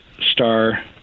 star